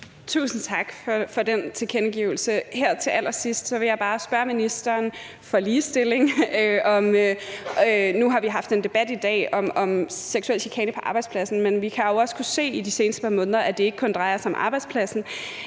Tusind tak for den tilkendegivelse. Her til allersidst vil jeg bare spørge ministeren for ligestilling – for nu har vi haft en debat i dag om seksuel chikane på arbejdspladsen, men vi har jo også kunnet se i de seneste par måneder, at det ikke kun drejer sig om arbejdspladsen,